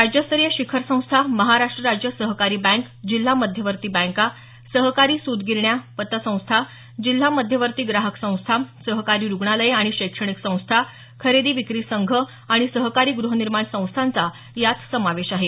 राज्यस्तरीय शिखर संस्था महाराष्ट्र राज्य सहकारी बँक जिल्हा मध्यवर्ती बँका सहकारी सूत गिरण्या पतसंस्था जिल्हा मध्यवर्ती ग्राहक संस्था सहकारी रुग्णालये आणि शैक्षणिक संस्था खरेदी विक्री संघ आणि सहकारी गुहनिर्माण संस्थांचा यात समावेश आहे